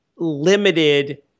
limited